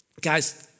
guys